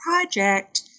project